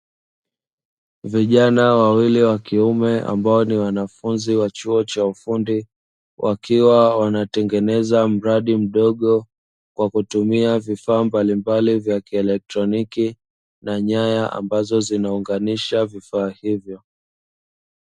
Vijana wawili wa kiume ambao ni wanafunzi wa chuo cha ufundi, wakiwa wanatengeneza mradi mdogo kwa kutumia vifaa mbalimbali vya kielektroniki na nyaya ambazo zinaunganisha vifaa hivyo.